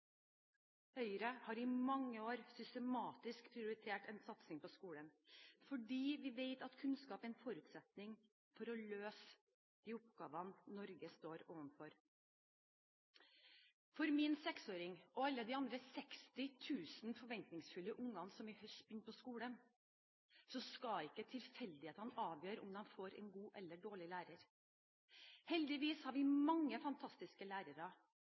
Høyre har i mange år systematisk prioritert satsing på skolen, fordi vi vet at kunnskap er en forutsetning for å løse de oppgavene Norge står overfor. For min 6-åring og alle de andre 60 000 forventningsfulle ungene som i høst begynte på skolen, skal ikke tilfeldighetene avgjøre om de får en god eller dårlig lærer. Heldigvis har vi mange fantastiske lærere,